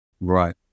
Right